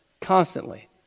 constantly